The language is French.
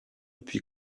puis